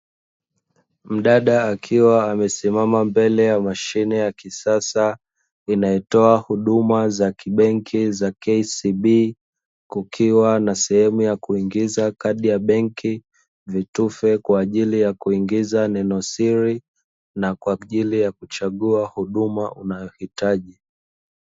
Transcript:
Mdada akiwa amesimama mbele ya mashine ya kisasa inayotoa huduma za kibenki za "KCB" kukiwa na sehemu ya kuingiza kadi ya benki, vitufe kwaajili ya kuingiza neno siri na kwa ajili ya kuchagua huduma unayohitaji .